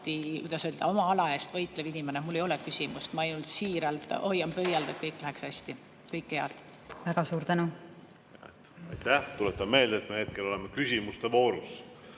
öelda, oma ala eest võitlev inimene. Mul ei ole küsimust, ma ainult siiralt hoian pöialt, et kõik läheks hästi. Kõike head! Väga suur tänu! Väga suur tänu! Aitäh! Tuletan meelde, et me hetkel oleme küsimuste voorus.